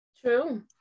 true